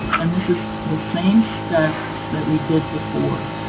and this is the same steps that we did before.